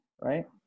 right